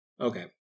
Okay